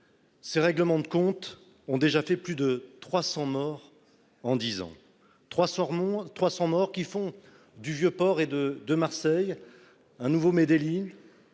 Ces règlements de comptes ont déjà fait plus de 300 morts en 10 ans 300 remonte 300 morts qui font du vieux port et de de Marseille. Un nouveau Medellin.